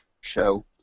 show